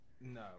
No